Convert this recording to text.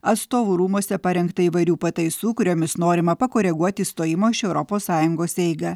atstovų rūmuose parengtą įvairių pataisų kuriomis norima pakoreguoti išstojimo iš europos sąjungos eigą